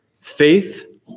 faith